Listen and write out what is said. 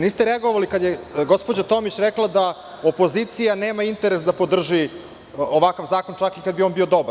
Niste reagovali kada je gospođa Tomić rekla da opozicija nema interes da podrži ovakav zakon čak i kada bi on bio dobar.